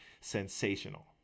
sensational